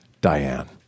Diane